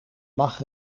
mag